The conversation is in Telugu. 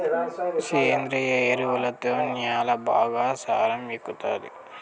సేంద్రియ ఎరువుతో న్యాల బాగా సారం ఎక్కుతాది